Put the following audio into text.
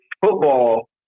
football